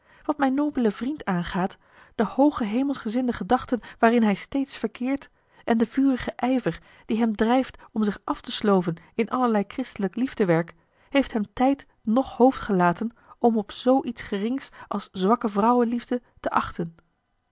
wat mijn nobelen vriend aangaat de hooge hemelsgezinde gedachten waarin hij steeds verkeert en de vurige ijver die hem drijft om zich af te slooven in allerlei christelijk liefdewerk heeft hem tijd noch hoofd gelaten om op zoo iets gerings als zwakke vrouwenliefde te achten